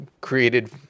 created